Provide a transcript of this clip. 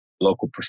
local